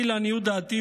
לעניות דעתי,